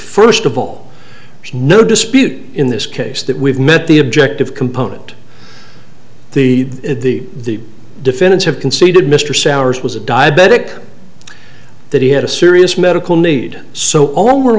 first of all no dispute in this case that we've met the objective component the the defendants have conceded mr souers was a diabetic that he had a serious medical need so all we're